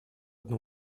одну